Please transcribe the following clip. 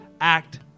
act